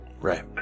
Right